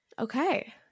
Okay